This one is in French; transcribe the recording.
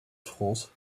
france